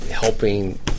helping